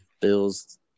bills